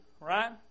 right